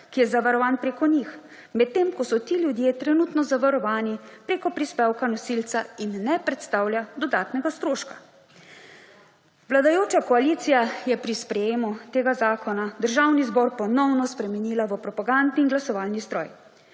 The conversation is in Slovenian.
ki je zavarovan preko njih, medtem ko so ti ljudje trenutno zavarovani preko prispevka nosilca in ne predstavlja dodatnega stroška. Vladajoča koalicija je pri sprejemu tega zakona Državni zbor ponovno spremenila v propagandni in glasovalni stroj,